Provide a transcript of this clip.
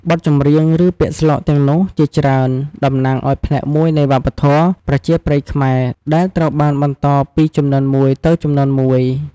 បទចម្រៀង ឬពាក្យស្លោកទាំងនោះជាច្រើនតំណាងឱ្យផ្នែកមួយនៃវប្បធម៌ប្រជាប្រិយខ្មែរ ដែលត្រូវបានបន្តពីជំនាន់មួយទៅជំនាន់មួយ។